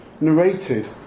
narrated